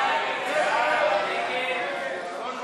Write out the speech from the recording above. ההסתייגויות לסעיף 78,